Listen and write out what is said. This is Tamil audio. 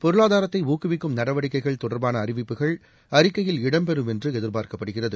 பொருளாதாரத்தை ஊக்குவிக்கும் நடவடிக்கைகள் தொடர்பான அறிவிப்புகள் அறிக்கையில் இடம் பெறும் என்று எதிர்பார்க்கப்படுகிறது